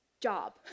job